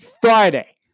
Friday